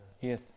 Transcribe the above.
Yes